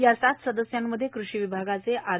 या सात सदस्यांमध्ये कृषी विभागाचे आर